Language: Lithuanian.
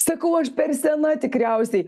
sakau aš per sena tikriausiai